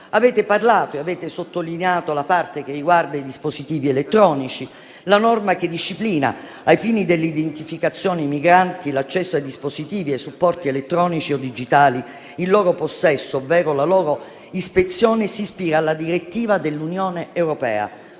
diritti umani. Avete sottolineato la parte che riguarda i dispositivi elettronici. La norma che disciplina, ai fini dell'identificazione dei migranti, l'accesso ai dispositivi e supporti elettronici o digitali in loro possesso, ovvero la loro ispezione, si ispira alla direttiva *2013**/**32**/**UE*.